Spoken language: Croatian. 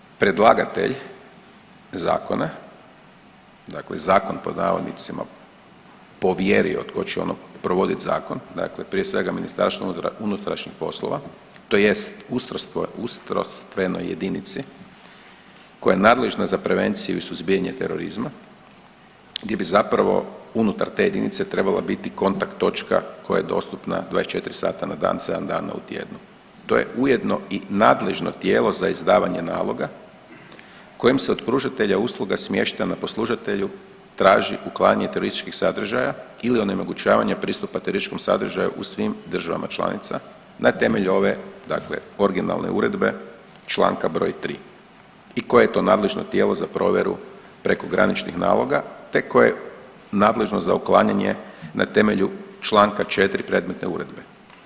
Stoga je predlagatelj zakona dakle zakon pod navodnicima povjerio tko će ono provodit zakon, dakle prije svega MUP tj. ustrojstvenoj jedinici koja je nadležna za prevenciju i suzbijanje terorizma gdje bi zapravo unutar te jedinice trebala biti kontakt točka koja je dostupna 24 sata na dan 7 dana u tjednu, to je ujedno i nadležno tijelo za izdavanje naloga kojim se od pružatelja usluga smještaja na poslužatelju traži uklanjanje terorističkih sadržaja ili onemogućavanje pristupa terorističkom sadržaju u svim državama članicama na temelju ove dakle originalne uredbe čl. br. 3. i koje je to nadležno tijelo za provjeru prekograničnih naloga, te koje je nadležno za uklanjanje na temelju čl. 4. predmetne uredbe.